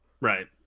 Right